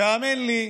והאמן לי,